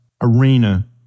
Arena